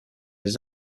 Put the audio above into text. his